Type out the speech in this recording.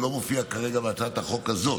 זה לא מופיע כרגע בהצעת החוק הזאת,